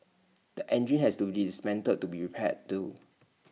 the engine has to be dismantled to be repaired too